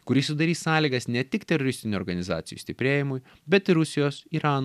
kuris sudarys sąlygas ne tik teroristinių organizacijų stiprėjimui bet ir rusijos irano